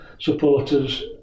supporters